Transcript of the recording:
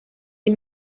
die